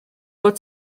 fod